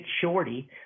Shorty